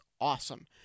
awesome